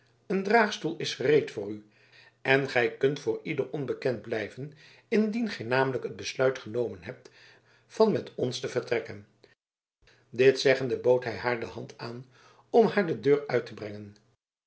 een draagstoel is gereed voor u en gij kunt voor ieder onbekend blijven indien gij namelijk het besluit genomen hebt van met ons te vertrekken dit zeggende bood hij haar de hand aan om haar de deur uit te brengen